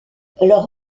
leur